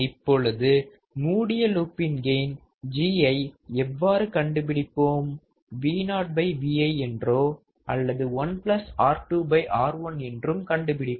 இப்பொழுது மூடிய லூப்பின் கெயின் G ஐ எவ்வாறு கண்டுபிடிப்போம் VoVi என்றோ அல்லது 1R2R1 என்றும் கண்டுபிடிப்போம்